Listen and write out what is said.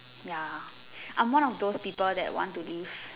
ya I'm one of those people that wants to live